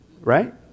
right